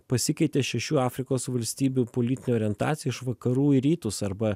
pasikeitė šešių afrikos valstybių politinė orientacija iš vakarų į rytus arba